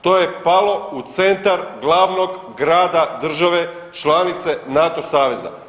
To je palo u centar glavnog grada države članice NATO saveza.